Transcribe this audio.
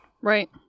Right